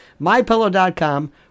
MyPillow.com